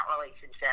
relationship